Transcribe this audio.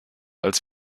als